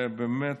באמת,